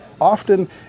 often